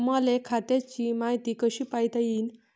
मले खात्याची मायती कशी पायता येईन?